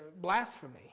blasphemy